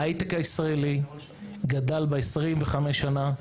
ההייטק הישראלי גדל ב-25 שנה,